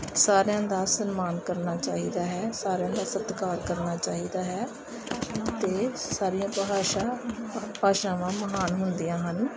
ਸਾਰਿਆਂ ਦਾ ਸਨਮਾਨ ਕਰਨਾ ਚਾਹੀਦਾ ਹੈ ਸਾਰਿਆਂ ਦਾ ਸਤਿਕਾਰ ਕਰਨਾ ਚਾਹੀਦਾ ਹੈ ਅਤੇ ਸਾਰੀਆਂ ਭਾਸ਼ਾ ਭਾਸ਼ਾਵਾਂ ਮਹਾਨ ਹੁੰਦੀਆਂ ਹਨ